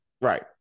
right